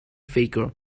faker